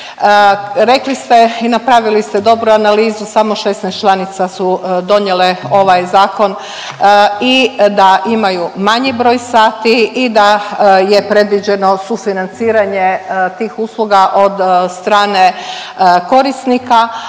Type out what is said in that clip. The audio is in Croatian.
Rekli ste i napravili ste dobru analizu, samo 16 članica su donijele ovaj Zakon i da imaju banji broj sati i da je predviđeno sufinanciranje tih usluga od strane korisnika,